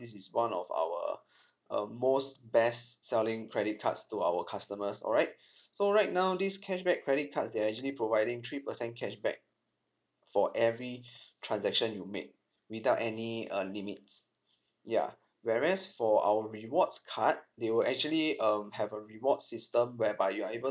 this is one of our uh most best selling credit cards to our customers alright so right now this cashback credit cards they're actually providing three percent cashback for every transaction you make without any uh limits ya whereas for our rewards card they will actually um have a reward system whereby you are able